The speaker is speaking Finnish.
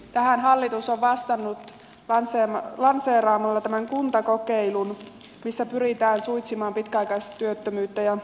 tähän hallitus on vastannut lanseeraamalla tämän kuntakokeilun missä pyritään suitsimaan pitkäaikaistyöttömyyttä ja nuorisotyöttömyyttä